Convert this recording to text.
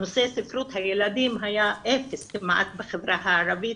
נושא ספרות הילדים היה אפס כמעט בחברה הערבית,